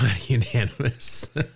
unanimous